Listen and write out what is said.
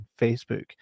Facebook